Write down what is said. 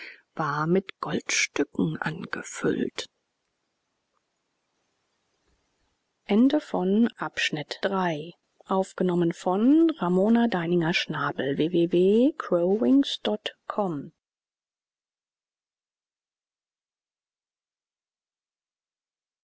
war mit goldstücken angefüllt